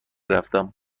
رفتم